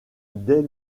dès